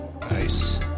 Nice